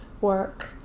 work